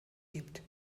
gibt